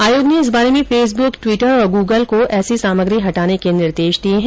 आयोग ने इस बारे में फेसबुक ट्वीटर और गूगल को ऐसी सामग्री हटाने का निर्देश दिया है